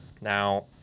now